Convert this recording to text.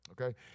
Okay